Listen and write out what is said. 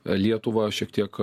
lietuvą šiek tiek